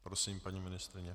Prosím, paní ministryně.